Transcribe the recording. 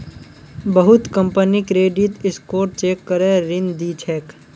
बहुत company credit score check करे ऋण दी छेक